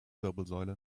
wirbelsäule